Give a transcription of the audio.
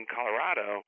Colorado